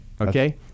Okay